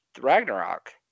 Ragnarok